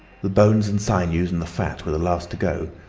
the bones and sinews and the fat were the last to go,